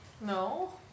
No